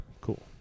cool